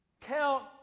count